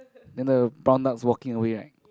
then the brown duck's walking away right